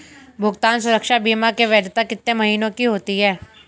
भुगतान सुरक्षा बीमा की वैधता कितने महीनों की होती है?